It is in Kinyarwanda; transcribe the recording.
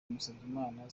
musabyimana